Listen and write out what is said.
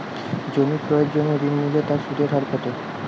জমি ক্রয়ের জন্য ঋণ নিলে তার সুদের হার কতো?